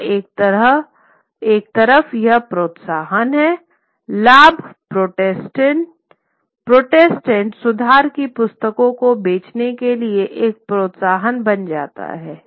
तो एक तरफ यह प्रोत्साहन है लाभ प्रोटेस्टेंट प्रोटेस्टेंट सुधार की पुस्तकें को बेचने के लिए एक प्रोत्साहन बन जाता है